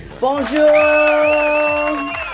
Bonjour